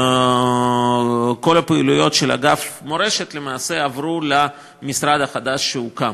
כל הפעילויות של אגף מורשת עברו למשרד החדש שהוקם.